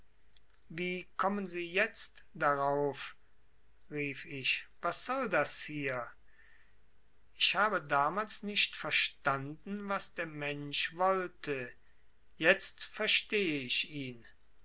wie kommen sie jetzt darauf rief ich was soll das hier ich habe damals nicht verstanden was der mensch wollte jetzt verstehe ich ihn